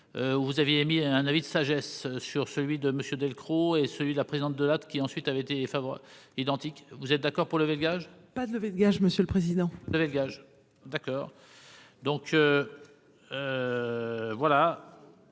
402 vous aviez émis un avis de sagesse sur celui de Monsieur Delcros et celui de la présidente de qui ensuite avait été Favre identique, vous êtes d'accord pour lever le gage. Pas de lever le gage, monsieur le président. Vous savez, gage d'accord, donc voilà.